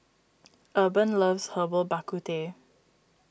Urban loves Herbal Bak Ku Teh